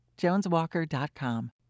JonesWalker.com